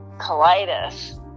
colitis